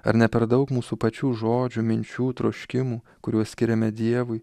ar ne per daug mūsų pačių žodžių minčių troškimų kuriuos skiriame dievui